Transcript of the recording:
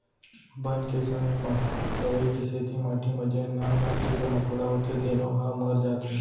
बन के संग म दवई के सेती माटी म जेन नान नान कीरा मकोड़ा होथे तेनो ह मर जाथें